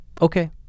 Okay